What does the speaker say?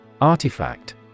Artifact